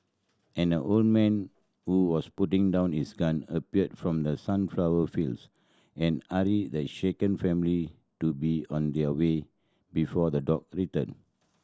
and a old man who was putting down his gun appeared from the sunflower fields and hurried the shaken family to be on their way before the dog return